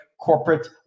Corporate